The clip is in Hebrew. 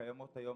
שקיימות היום.